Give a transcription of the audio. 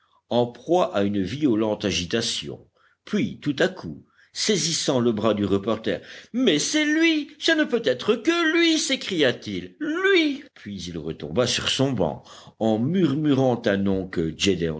en proie à une violente agitation puis tout à coup saisissant le bras du reporter mais c'est lui ce ne peut être que lui s'écria-t-il lui puis il retomba sur son banc en murmurant un nom que